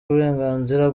uburenganzira